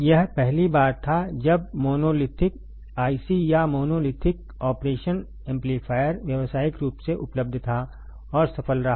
यह पहली बार था जब मोनोलिथिक IC या मोनोलिथिक ऑपरेशन एम्पलीफायर व्यावसायिक रूप से उपलब्ध था और यह सफल रहा